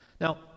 Now